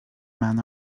men